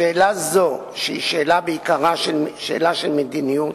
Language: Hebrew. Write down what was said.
בשאלה זו, שהיא בעיקרה שאלה של מדיניות,